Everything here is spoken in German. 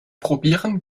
probieren